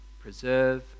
preserve